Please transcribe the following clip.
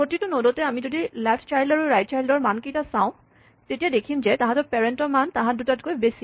প্ৰতিটো নডতে আমি যদি লেফ্ট চাইল্ড আৰু ৰাইট চাইল্ড ৰ মানকেইটা চাওঁ তেতিয়া দেখিম যে তাহাঁতৰ পেৰেন্টৰ মান তাহাঁত দুয়োটাতকৈ বেছি